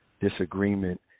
disagreement